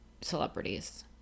celebrities